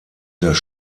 das